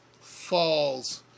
falls